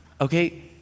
okay